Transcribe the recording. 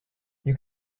you